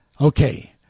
okay